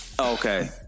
okay